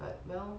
but well